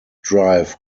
drive